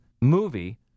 movie